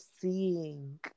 seeing